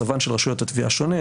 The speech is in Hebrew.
מצבן של רשויות התביעה שונה.